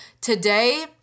today